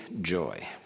joy